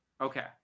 Okay